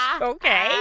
Okay